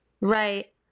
Right